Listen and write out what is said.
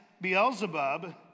Beelzebub